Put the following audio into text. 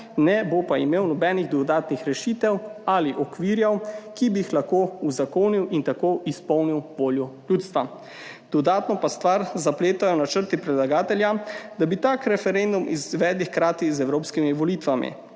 ne bo pa imel nobenih dodatnih rešitev ali okvirjev, ki bi jih lahko uzakonil in tako izpolnil voljo ljudstva. Dodatno pa stvar zapletajo načrti predlagatelja, da bi tak referendum izvedli hkrati z evropskimi volitvami.